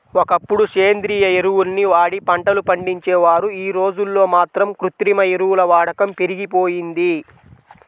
ఒకప్పుడు సేంద్రియ ఎరువుల్ని వాడి పంటలు పండించేవారు, యీ రోజుల్లో మాత్రం కృత్రిమ ఎరువుల వాడకం పెరిగిపోయింది